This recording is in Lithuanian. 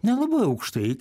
nelabai aukštai